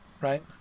right